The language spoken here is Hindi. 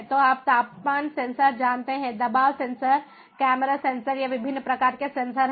तो आप तापमान सेंसर जानते हैं दबाव सेंसर कैमरा सेंसर ये विभिन्न प्रकार के सेंसर हैं